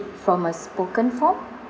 from a spoken form